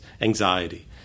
anxiety